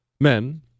men